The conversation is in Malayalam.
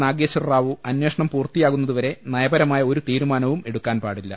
നഗേശ്വര റാവൂ അന്വേഷണം പൂർത്തിയാകുന്നതുവരെ നയപര മായ ഒരു തീരുമാനവും എടുക്കാൻ പാടില്ല